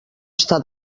estar